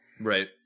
Right